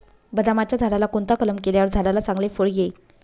बदामाच्या झाडाला कोणता कलम केल्यावर झाडाला चांगले फळ येईल?